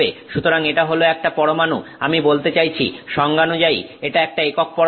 সুতরাং এটা হল একটা পরমাণু আমি বলতে চাইছি সংজ্ঞানুযায়ী এটা একটা একক পরমাণু